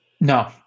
no